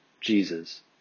Jesus